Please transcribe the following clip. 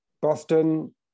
Boston